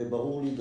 וברור לי,